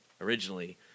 originally